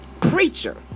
preacher